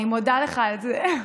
אני מודה לך על זה.